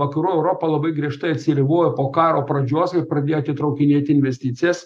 vakarų europa labai griežtai atsiribojo po karo pradžios ir pradėjo atitraukinėti investicijas